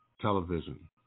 Television